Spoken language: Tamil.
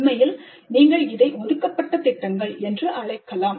உண்மையில் நீங்கள் இதை ஒதுக்கப்பட்ட திட்டங்கள் என்று அழைக்கலாம்